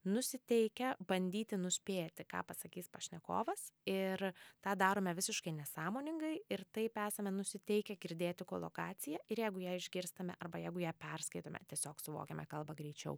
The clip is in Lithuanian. nusiteikę bandyti nuspėti ką pasakys pašnekovas ir tą darome visiškai nesąmoningai ir taip esame nusiteikę girdėti kolokaciją ir jeigu ją išgirstame arba jeigu ją perskaitome tiesiog suvokiame kalbą greičiau